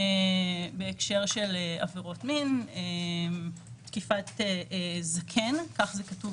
בהקשר של עבירות מין, תקיפת זקן כך זה כתוב